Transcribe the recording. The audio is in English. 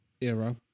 era